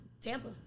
Tampa